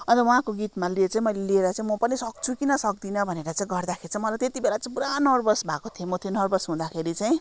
अन्त उहाँको गीतमाले चाहिँ मैले लिएर चाहिँ म पनि सक्छु किन सक्दिनँ भनेर चाहिँ गर्दाखेरि चाहिँ मलाई त्यति बेला चाहिँ पुरा नर्भस भएको थिएँ म म त्यो नर्भस हुँदाखेरि चाहिँ